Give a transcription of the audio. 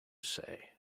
say